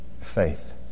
Faith